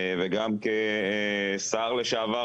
וגם כשר לשעבר